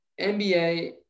NBA